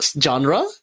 genre